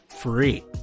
free